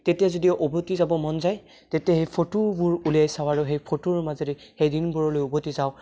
তেতিয়া যদিও উভতি যাব মন যায় তেতিয়া সেই ফটোবোৰ উলিয়াই চাওঁ আৰু সেই ফটোৰ মাজেৰে সেই দিনবোৰলৈ উভতি যাওঁ